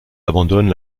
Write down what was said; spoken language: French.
abandonne